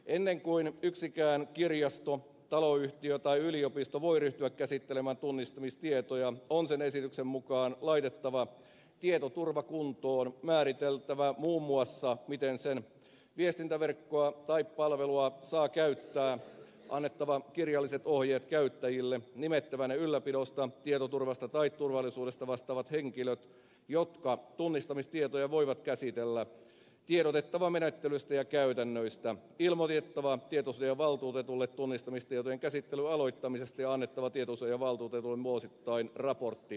ennen kuin yksikään kirjasto taloyhtiö tai yliopisto voi ryhtyä käsittelemään tunnistamistietoja on sen esityksen mukaan laitettava tietoturva kuntoon määriteltävä muun muassa miten sen viestintäverkkoa tai palvelua saa käyttää annettava kirjalliset ohjeet käyttäjille nimettävä ne ylläpidosta tietoturvasta tai turvallisuudesta vastaavat henkilöt jotka tunnistamistietoja voivat käsitellä tiedotettava menettelystä ja käytännöistä ilmoitettava tietosuojavaltuutetulle tunnistamistietojen käsittelyn aloittamisesta ja annettava tietosuojavaltuutetulle vuosittain raportti käsittelystä